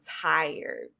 tired